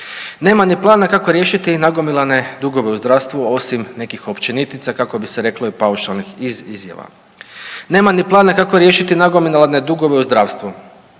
Nema ni plana kako riješiti nagomilane dugove u zdravstvu osim nekih općenitica kako bi se reklo i paušalnih iz izjava. Nema ni plana kako riješiti nagomilane dugove u zdravstvu,